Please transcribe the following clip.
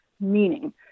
meaning